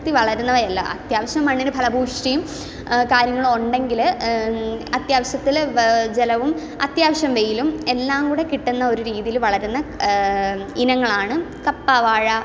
വളരുന്നവയല്ല അത്യാവശ്യം മണ്ണിന് ഫലപുഷ്ടിയും കാര്യങ്ങൾ ഉണ്ടെങ്കിൽ അത്യാവശ്യത്തിന് ജലവും അത്യാവശ്യവും വെയിലും എല്ലാം കൂടെ കിട്ടുന്ന ഒരു രീതിയിൽ വളരുന്ന ഇനങ്ങളാണ് കപ്പ വാഴ